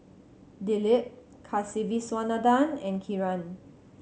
Dilip Kasiviswanathan and Kiran